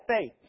faith